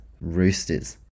Roosters